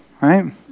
right